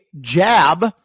jab